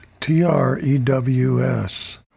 T-R-E-W-S